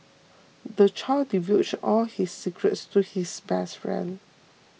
the child divulged all his secrets to his best friend